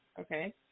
Okay